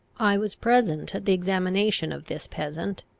i was present at the examination of this peasant.